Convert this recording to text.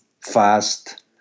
fast